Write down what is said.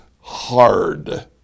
hard